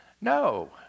No